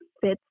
fits